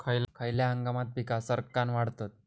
खयल्या हंगामात पीका सरक्कान वाढतत?